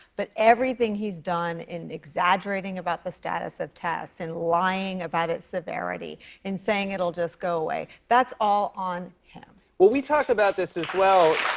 but everything he's done in exaggerating about the status of tests and lying about its severity and saying it will just go away, that's all on him. well, we talked about this, as well,